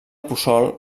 puçol